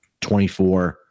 24